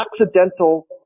accidental